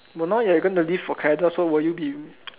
no now you're gonna leave for Canada so will you be